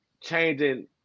changing